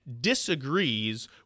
disagrees